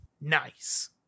nice